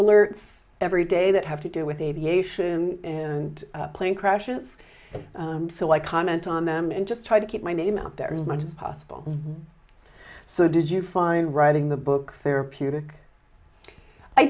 alerts every day that have to do with aviation and plane crashes so i comment on them and just try to keep my name out there is much as possible so did you find writing the book therapeutic i